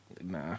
Nah